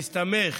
בהסתמך